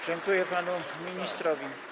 Dziękuję panu ministrowi.